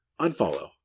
Unfollow